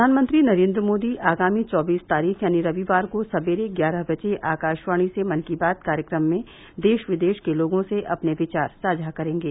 प्रधानमंत्री नरेन्द्र मोदी आगामी चौबीस तारीख़ यानी रविवार को सवेरे ग्यारह बजे आकाशवाणी से मन की बात कार्यक्रम में देश विदेश के लोगों से अपने विचार साझा करेंगे